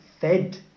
fed